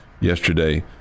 yesterday